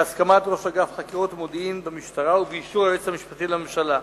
בהסכמת ראש אגף חקירות מודיעין במשטרה ובאישור היועץ המשפטי לממשלה.